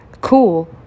cool